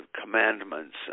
commandments